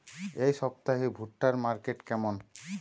এই সপ্তাহে ভুট্টার মার্কেট কেমন?